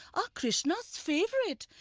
are krishna's favorite,